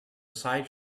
side